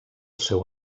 seu